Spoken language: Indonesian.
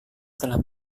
telah